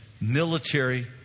military